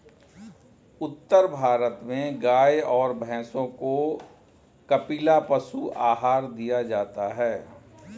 उत्तर भारत में गाय और भैंसों को कपिला पशु आहार दिया जाता है